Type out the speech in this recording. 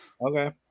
Okay